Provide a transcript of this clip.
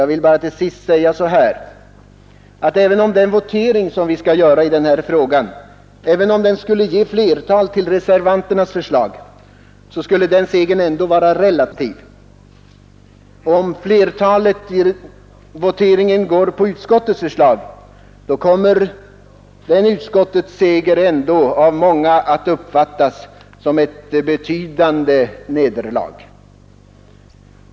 Jag vill bara till sist säga att även om den votering som vi skall göra i denna fråga skulle ge flertal för reservanternas förslag, skulle den segern ändå vara relativ. Om flertalet vid voteringen går på utskottets förslag, kommer den utskottssegern ändå av många att uppfattas som ett betydande nederlag.